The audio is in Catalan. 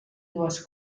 dues